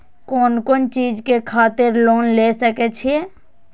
कोन कोन चीज के खातिर लोन ले सके छिए?